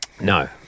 No